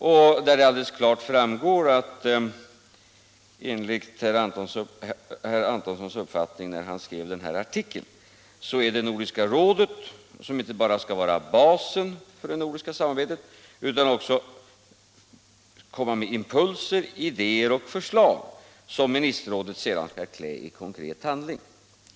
Där framgår det alldeles klart att Nordiska rådet, enligt herr Antonssons uppfattning när han skrev den här artikeln, inte bara skall vara basen för det nordiska samarbetet utan också komma med impulser, idéer och förslag, som ministerrådet sedan skall klä i konkret handling.